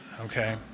Okay